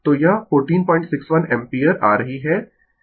तो यह 1461 एम्पीयर आ रही है